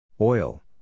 Oil